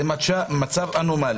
זה מצב אנומלי,